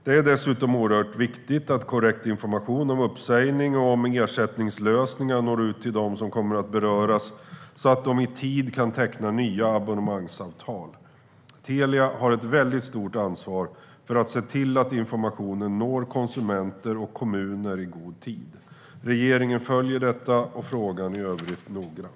Det är dessutom oerhört viktigt att korrekt information om uppsägning och om ersättningslösningar når ut till dem som kommer att beröras så att de i tid kan teckna nya abonnemangsavtal. Telia har ett väldigt stort ansvar för att se till att informationen når konsumenter och kommuner i god tid. Regeringen följer detta och frågan i övrigt noggrant.